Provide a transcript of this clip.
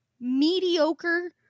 mediocre